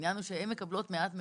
הן מקבלות מעט מאוד.